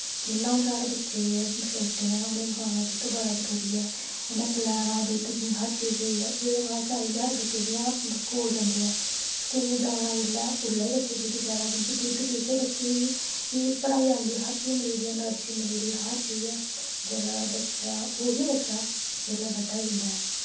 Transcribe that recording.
जि'यां हून साढ़े बच्चे छोटे न उ'नें गी गां दा धुद्ध बड़ा जरूरी ऐ उ'नें पलैना दुद्ध कि हर चीज स्हेई ऐ ओह्दै बाद आई जंदा साढ़ा बच्चा जि'यां स्कूल जंदे न स्कूल जाना जिसलै उसलै बी दुद्ध चाहिदा क्योंकि दुद्ध पियै बच्चे गी पढ़ाई आंदी ऐ हर चीज मिलदी ऐ हर अनर्जी मिलदी ऐ हर चीज जिसलै बच्चा ओही बच्चा जिसलै बड्डा होई जंदा ऐ